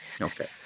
Okay